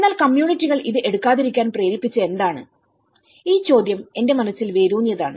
എന്നാൽ കമ്മ്യൂണിറ്റികൾ ഇത് എടുക്കാതിരിക്കാൻ പ്രേരിപ്പിച്ചതെന്താണ് ഈ ചോദ്യം എന്റെ മനസ്സിൽ വേരൂന്നിയതാണ്